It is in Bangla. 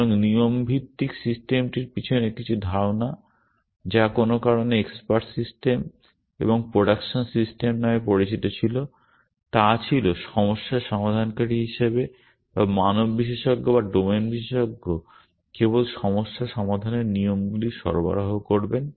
সুতরাং নিয়ম ভিত্তিক সিস্টেমগুলির পিছনে কিছু ধারণা যা কোনো কারণে এক্সপার্ট সিস্টেম এবং প্রোডাকশন সিস্টেম নামে পরিচিত ছিল তা ছিল সমস্যা সমাধানকারী হিসেবে বা মানব বিশেষজ্ঞ বা ডোমেন বিশেষজ্ঞ কেবল সমস্যা সমাধানের নিয়মগুলি সরবরাহ করবেন